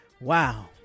Wow